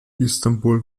istanbul